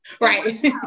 Right